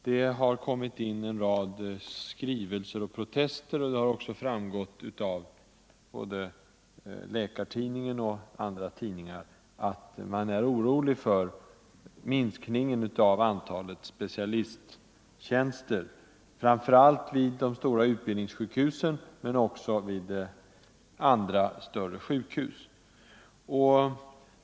Det har kommit en rad skrivelser och protester, och det har framgått av både Läkartidningen och andra tidningar att man är orolig för minskningen av antalet specialisttjänster, framför allt vid de stora utbildningssjukhusen men också vid andra sjukhus.